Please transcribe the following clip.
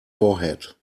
forehead